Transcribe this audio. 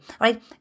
right